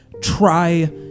try